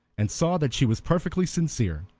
and saw that she was perfectly sincere.